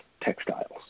textiles